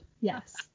yes